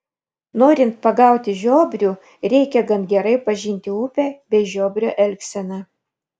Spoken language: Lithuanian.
norint pagauti žiobrių reikia gan gerai pažinti upę bei žiobrio elgseną